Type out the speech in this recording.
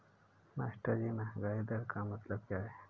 मास्टरजी महंगाई दर का मतलब क्या है?